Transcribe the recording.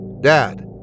Dad